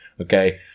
Okay